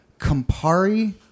Campari